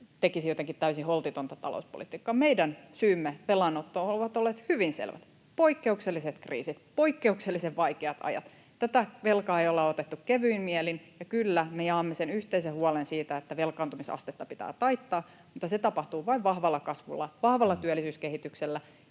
tekisi jotenkin täysin holtitonta talouspolitiikkaa. Meidän syymme velanottoon ovat olleet hyvin selvät: poikkeukselliset kriisit, poikkeuksellisen vaikeat ajat. Tätä velkaa ei olla otettu kevyin mielin, ja kyllä, me jaamme sen yhteisen huolen siitä, että velkaantumisastetta pitää taittaa, mutta se tapahtuu vain vahvalla kasvulla, vahvalla työllisyyskehityksellä